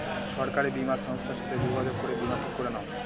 সরকারি বীমা সংস্থার সাথে যোগাযোগ করে বীমা ঠিক করে নাও